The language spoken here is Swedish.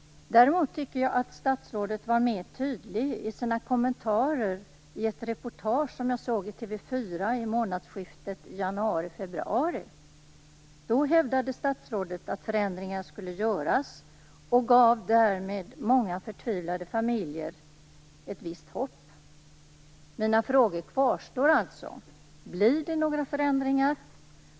Däremot tycker jag att statsrådet var mer tydlig i sina kommentarer i ett reportage som jag såg i TV 4, månadsskiftet januari-februari. Då hävdade statsrådet att förändringar skulle göras och gav därmed många förtvivlade familjer ett visst hopp. Mina frågor kvarstår alltså. Blir det några förändringar?